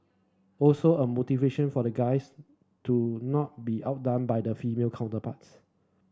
also a motivation for the guys to not be outdone by the failure counterparts